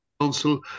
Council